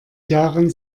jahren